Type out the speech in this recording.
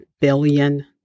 billion